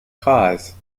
cause